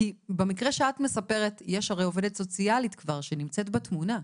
במקרה שאת מספרת יש הרי כבר עובדת סוציאלית שנמצאת בתמונה,